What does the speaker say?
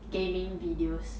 gaming videos